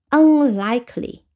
unlikely